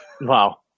Wow